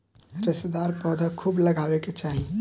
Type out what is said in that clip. रेशेदार पौधा खूब लगावे के चाही